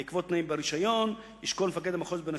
בקביעת התנאים ברשיון ישקול מפקד המחוז,